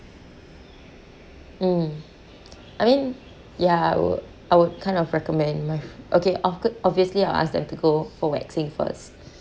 mm I mean ya I would I would kind of recommend my f~ okay I could obviously I'll ask them to go for waxing first